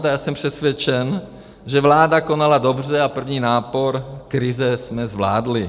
A já jsem přesvědčen, že vláda konala dobře a první nápor krize jsme zvládli.